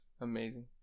Amazing